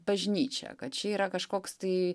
bažnyčia kad čia yra kažkoks tai